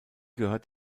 gehört